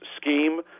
scheme